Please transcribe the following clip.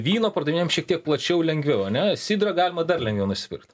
vyno pardavinėjam šiek tiek plačiau lengviau ane sidrą galima dar lengviau nusipirkt